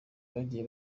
bagiye